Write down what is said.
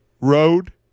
road